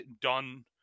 done